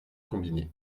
combiné